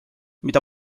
mida